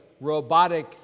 robotic